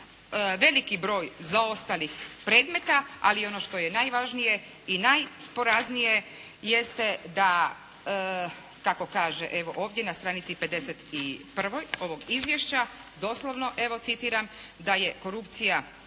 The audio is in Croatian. veliki broj zaostalih predmeta, ali ono što je najvažnije i najporaznije jeste da tako kaže evo ovdje na stranici 51 ovog izvješća, doslovno evo citiram: "da je korupcija